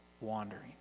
wandering